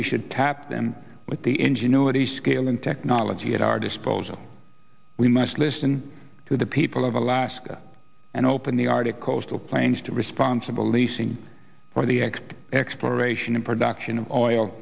we should tap them with the ingenuity scale and technology at our disposal we must listen to the people of alaska and open the arctic coastal plains to responsible leasing for the next exploration and production of oil